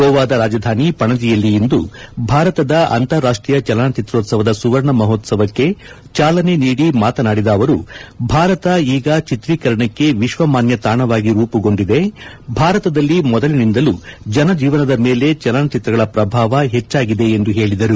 ಗೋವಾದ ರಾಜಧಾನಿ ಪಣಜಿಯಲ್ಲಿ ಇಂದು ಭಾರತದ ಅಂತಾರಾಷ್ಟೀಯ ಚಲನ ಚಿತ್ರೋತ್ಸವದ ಸುವರ್ಣ ಮಹೋತ್ಸವಕ್ಕೆ ಚಾಲನೆ ನೀಡಿ ಮಾತನಾಡಿದ ಅವರು ಭಾರತ ಈಗ ಚಿತ್ರೀಕರಣಕ್ಕೆ ವಿಶ್ವಮಾನ್ಯ ತಾಣವಾಗಿ ರೂಮಗೊಂಡಿದೆ ಭಾರತದಲ್ಲಿ ಮೊದಲಿನಿಂದಲೂ ಜನಜೀವನದ ಮೇಲೆ ಚಲನಚಿತ್ರಗಳ ಪ್ರಭಾವ ಹೆಚ್ಚಾಗಿದೆ ಎಂದು ಹೇಳಿದರು